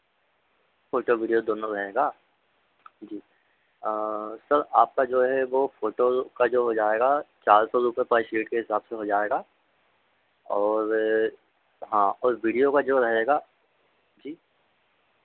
photo video दोनों रहेगा जी सर आपका जो है वो फ़ोटो का जो हो जाएगा चार सौ रुपये पर शीट के हिसाब से हो जाएगा और हाँ और विडियो का जो रहेगा जी